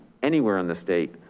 anywhere in the state,